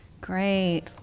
Great